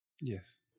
Yes